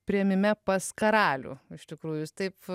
priėmime pas karalių iš tikrųjų jūs taip